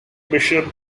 bishop